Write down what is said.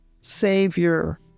savior